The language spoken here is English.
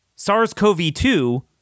SARS-CoV-2